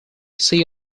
see